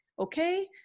okay